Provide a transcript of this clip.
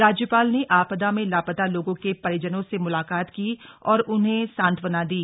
राज्यपाल ने आपदा में लापता लोगों के परिजनों से मुलाकात की और उन्हें सांत्वना दी